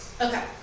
Okay